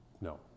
No